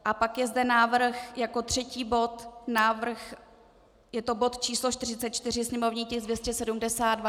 A pak je zde návrh jako třetí bod je to bod číslo 44, sněmovní tisk 272.